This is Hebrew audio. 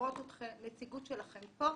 לראות נציגות שלהם פה.